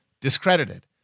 discredited